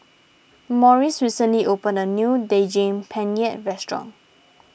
Morris recently opened a new Daging Penyet restaurant